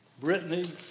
Brittany